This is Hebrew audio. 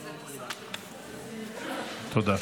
תודה.